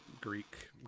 Greek